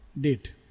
date